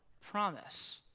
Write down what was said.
promise